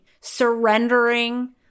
Surrendering